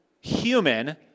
human